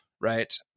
Right